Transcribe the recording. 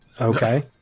okay